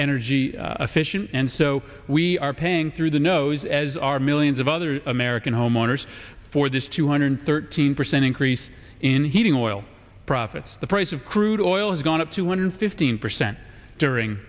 energy efficient and so we are paying through the nose as are millions of other american homeowners for this two hundred thirteen percent increase in heating oil profits the price of crude oil has gone up two hundred fifteen percent during